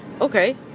Okay